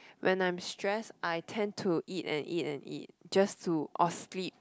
when I'm stress I tend to eat and eat and eat just to off sleep